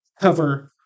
cover